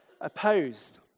opposed